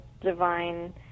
divine